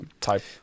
type